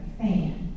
fan